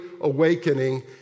awakening